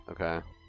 Okay